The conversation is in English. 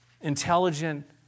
intelligent